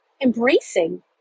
embracing